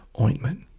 ointment